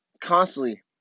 Constantly